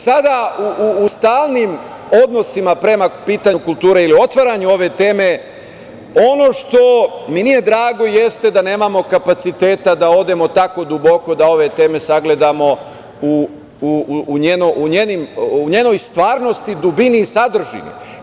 Sada, u stalnim odnosima prema pitanju kulture ili otvaranju ove teme, ono što mi nije drago jeste da nemamo kapaciteta da odemo tako duboko da ove teme sagledamo u njenoj stvarnosti, dubini i sadržini.